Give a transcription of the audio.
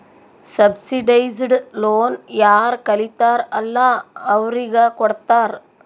subsidised loan ಯಾರ್ ಕಲಿತಾರ್ ಅಲ್ಲಾ ಅವ್ರಿಗ ಕೊಡ್ತಾರ್